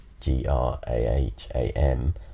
G-R-A-H-A-M